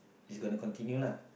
it's gonna continue lah